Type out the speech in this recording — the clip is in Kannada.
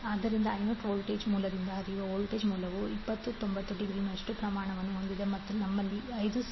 ಆದ್ದರಿಂದ I0 ವೋಲ್ಟೇಜ್ ಮೂಲದಿಂದ ಹರಿಯುವ ವೋಲ್ಟೇಜ್ ಮೂಲವು 20∠90° ನಷ್ಟು ಪ್ರಮಾಣವನ್ನು ಹೊಂದಿದೆ ಮತ್ತು ನಮ್ಮಲ್ಲಿ 5∠0°